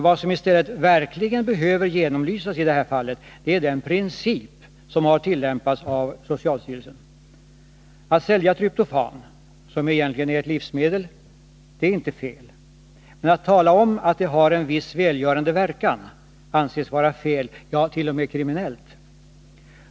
Vad som i stället verkligen behöver genomlysas i det här fallet är den princip som har tillämpats av socialstyrelsen. Att sälja tryptofan — som egentligen är ett livsmedel — är inte fel. Men att tala om att det har en viss välgörande verkan anses vara fel — ja t.o.m. kriminellt.